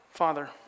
Father